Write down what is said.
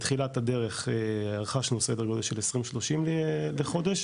בתחילת הדרך רכשנו סדר גודל של 20-30 לחודש,